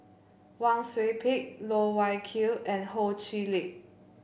Wang Sui Pick Loh Wai Kiew and Ho Chee Lick